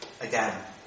again